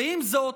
עם זאת,